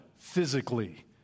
physically